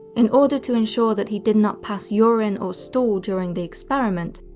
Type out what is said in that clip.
in order to ensure that he did not pass urine or stool during the experiment,